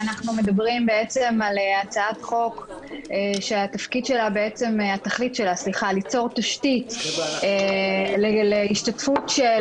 אנחנו מדברים על הצעת חוק שהתכלית שלה ליצור תשתית להשתתפות של